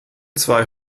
zwei